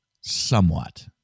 somewhat